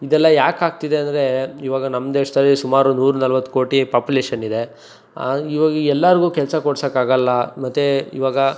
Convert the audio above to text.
ಇದೆಲ್ಲ ಯಾಕೆ ಆಗ್ತಿದೆ ಅಂದರೆ ಇವಾಗ ನಮ್ಮ ದೇಶದಲ್ಲಿ ಸುಮಾರು ನೂರು ನಲ್ವತ್ತು ಕೋಟಿ ಪಾಪ್ಯುಲೇಷನ್ನಿದೆ ಇವಾಗ ಎಲ್ಲಾರಿಗು ಕೆಲಸ ಕೊಡಿಸಕ್ಕಾಗಲ್ಲ ಮತ್ತು ಇವಾಗ